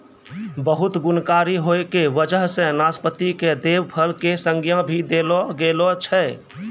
बहुत गुणकारी होय के वजह सॅ नाशपाती कॅ देव फल के संज्ञा भी देलो गेलो छै